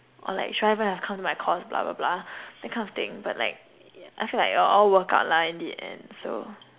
or like should I have even come to my course blah blah blah that kind of thing but like I feel like it will all work out lah in the end so